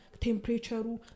temperature